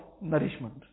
nourishment